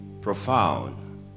profound